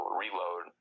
reload